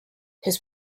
his